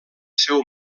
seu